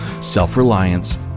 self-reliance